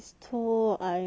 um